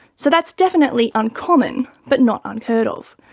so that's definitely uncommon but not unheard of.